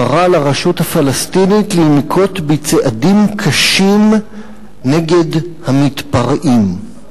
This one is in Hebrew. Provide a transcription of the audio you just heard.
קרא לרשות הפלסטינית לנקוט צעדים קשים נגד המתפרעים.